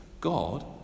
God